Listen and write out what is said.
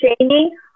training